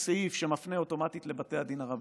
סעיף שמפנה אוטומטית לבתי הדין הרבניים,